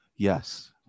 Yes